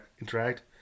interact